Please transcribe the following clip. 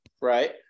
Right